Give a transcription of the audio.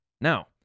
Now